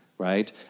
Right